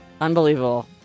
Unbelievable